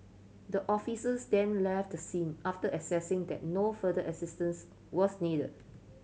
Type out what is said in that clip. the officers then left the scene after assessing that no further assistance was need